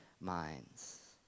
minds